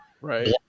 Right